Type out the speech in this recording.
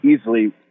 easily